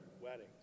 Weddings